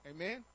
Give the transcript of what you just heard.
Amen